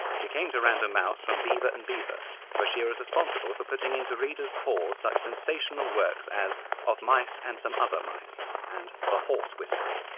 she came to random mouse from beaver and beaver, where she was responsible for putting into readers' paws such sensational works as of mice and some other ah mice and the horse whiskerer.